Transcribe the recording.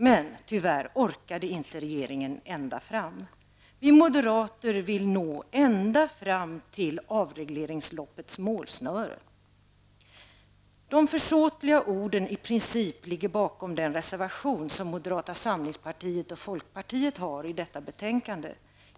Men tyvärr orkade inte regeringen ända fram. Vi moderater vill nå ända fram till avregleringsloppets målsnöre. De försåtliga orden ''i princip'' ligger bakom den reservation som moderata samlingspartiet och folkpartiet har fogat till detta betänkande.